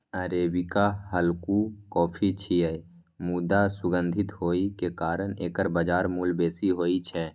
arabica हल्लुक coffee छियै, मुदा सुगंधित होइ के कारण एकर बाजार मूल्य बेसी होइ छै